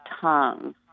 tongue